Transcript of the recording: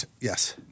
yes